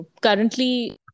currently